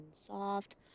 soft